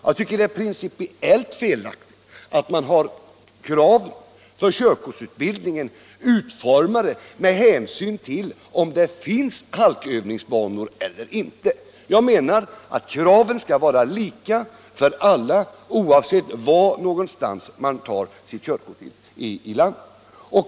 Jag tycker det är principiellt felaktigt att anpassa kraven på körkortsutbildningens utformning med hänsyn till om det finns halkövningsbanor eller inte. Jag menar att kraven skall vara lika för alla oavsett var i landet man tar sitt körkort.